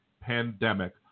pandemic